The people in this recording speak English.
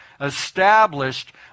established